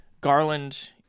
Garland